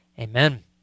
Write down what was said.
Amen